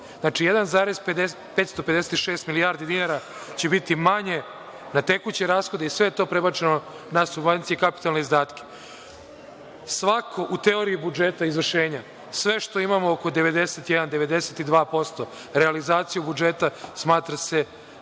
Znači, 1,556 milijardi dinara će biti manje na tekućim rashodima i sve to prebačeno na subvencije i kapitalne izdatke. Svako u teoriji budžeta, izvršenja, sve što imamo, oko 91-92% realizaciju budžeta, smatra se da